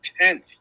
tenth